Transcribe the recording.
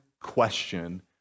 question